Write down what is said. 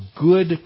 good